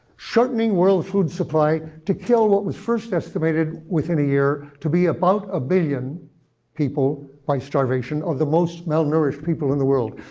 shortening world food supply to kill what was first estimated within a year to be about a billion people by starvation of the most malnourished people in the world.